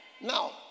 Now